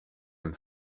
and